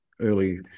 early